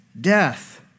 death